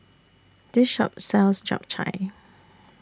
This Shop sells Japchae